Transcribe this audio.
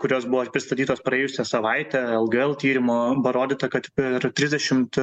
kurios buvo pristatytos praėjusią savaitęlgl tyrimo parodyta kad per trisdešimt